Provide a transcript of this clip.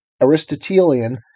Aristotelian